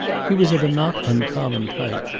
he was of a not uncommon type,